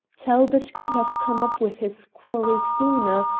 talbot could have come up with his quarry sooner,